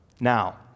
Now